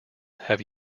have